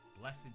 Blessed